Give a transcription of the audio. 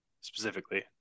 specifically